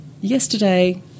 Yesterday